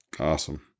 Awesome